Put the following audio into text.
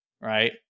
right